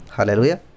Hallelujah